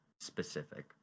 specific